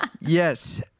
Yes